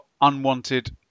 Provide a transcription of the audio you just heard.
unwanted